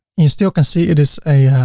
you still can see it is a